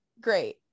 great